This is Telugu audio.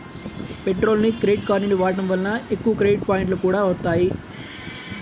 పెట్రోల్కి క్రెడిట్ కార్డుని వాడటం వలన ఎక్కువ క్రెడిట్ పాయింట్లు కూడా వత్తాయి